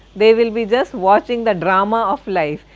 they will be just watching the drama of life.